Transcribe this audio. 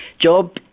job